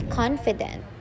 confident